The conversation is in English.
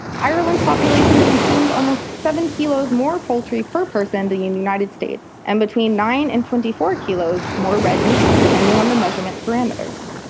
ireland's population consumed almost seven kilos more poultry per person than the united states, and between nine and twenty four kilos more red meat, depending on the measurement parameters.